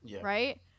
Right